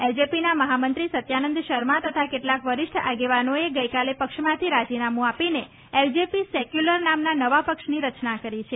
એલજેપીના મહામંત્રી સત્યાનંદ શર્મા તથા કેટલાક વરિષ્ઠ આગેવાનોએ ગઈકાલે પક્ષમાંથી રાજીનામું આપીને એલજેપી સેક્યુલર નામના નવા પક્ષની રચના કરી છે